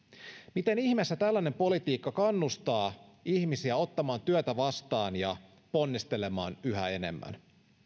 miten ihmeessä tällainen politiikka kannustaa ihmisiä ottamaan työtä vastaan ja ponnistelemaan yhä enemmän